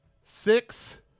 six